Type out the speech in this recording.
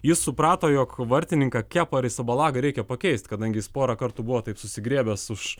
jis suprato jog vartininką keporisą bolagą reikia pakeist kadangi jis porą kartų buvo taip susigriebęs už